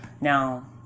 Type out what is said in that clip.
Now